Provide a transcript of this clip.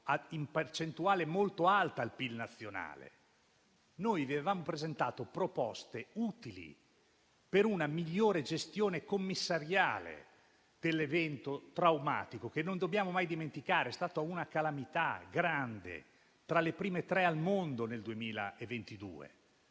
in percentuale molto alta al PIL nazionale. Noi vi avevamo presentato proposte utili per una migliore gestione commissariale dell'evento traumatico che non dobbiamo mai dimenticare essere stato una calamità grande, tra le prime tre al mondo nel 2022.